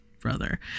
brother